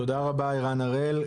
תודה רבה ערן הראל.